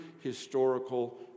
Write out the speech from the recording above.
historical